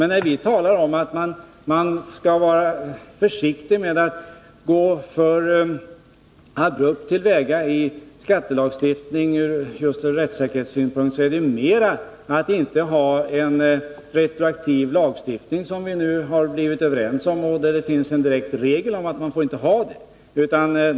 Men när jag talar om att man ur rättssäkerhetssynpunkt inte skall gå för abrupt till väga i skattelagstiftningen gäller det mera frågan om att man inte skall ha en retroaktiv lagstiftning, vilket vi nu också har blivit överens om. Det finns en regel som direkt säger att man inte får ha sådan lagstiftning.